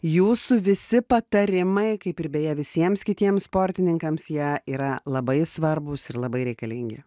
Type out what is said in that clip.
jūsų visi patarimai kaip ir beje visiems kitiems sportininkams jie yra labai svarbūs ir labai reikalingi